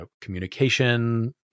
communication